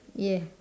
yeah